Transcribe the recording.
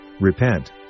Repent